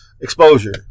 Exposure